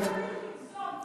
לא צריך לגזום,